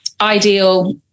ideal